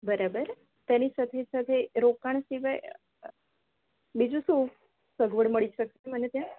બરાબર તેની સાથે સાથે રોકાણ સિવાય બીજું શું સગવડ મળી શકશે મને ત્યાં